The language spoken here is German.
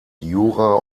jura